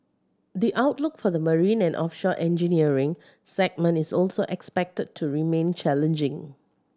the outlook for the marine and offshore engineering segment is also expected to remain challenging